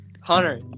Hunter